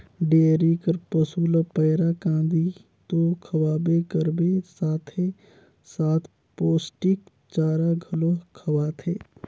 dairy कर पसू ल पैरा, कांदी तो खवाबे करबे साथे साथ पोस्टिक चारा घलो खवाथे